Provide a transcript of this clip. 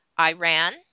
Iran